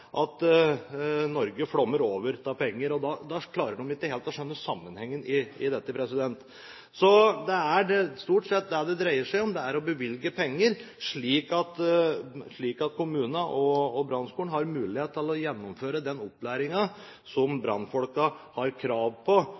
at Norge flommer over av penger. Da klarer de ikke helt å skjønne sammenhengen i dette. Så stort sett dreier det seg om å bevilge penger, slik at kommunene og brannskolen har mulighet til å gjennomføre den opplæringen som brannfolkene har krav på,